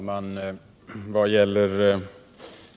Herr talman!